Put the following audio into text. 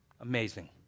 Amazing